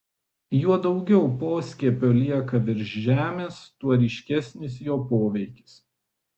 juo daugiau poskiepio lieka virš žemės tuo ryškesnis jo poveikis